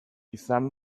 izan